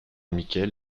mickey